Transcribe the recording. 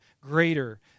greater